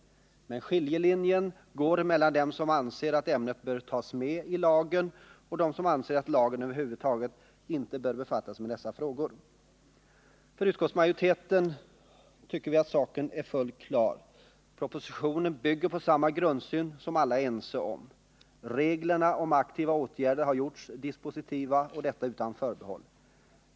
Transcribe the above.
Men skiljelinjen går mellan dem som anser att ämnet bör tas med i lagen och dem som anser att lagen över huvud taget inte bör befatta sig med dessa frågor. Utskottsmajoriteten tycker att saken är fullt klar. Propositionen bygger på samma grundsyn som alla är ense om. Reglerna om aktiva åtgärder har gjorts dispositiva och detta utan förbehåll.